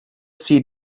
see